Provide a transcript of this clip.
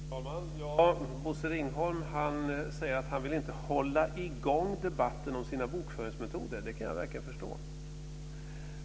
Fru talman! Bosse Ringholm säger att han inte vill hålla i gång debatten om sina bokföringsmetoder. Det kan jag verkligen förstå.